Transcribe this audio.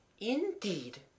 Indeed